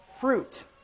fruit